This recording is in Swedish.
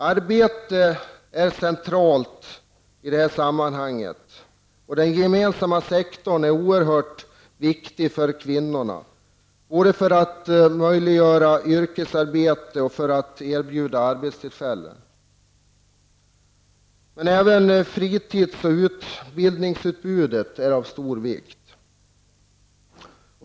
Arbete är centralt i detta sammanhang, och den gemensamma sektorn är oerhört viktig för kvinnorna, både för att möjliggöra yrkesarbete och för att erbjuda arbetstillfällen. Men även fritidsoch utbildningsutbudet är av stor vikt.